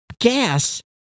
gas